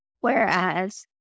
Whereas